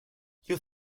you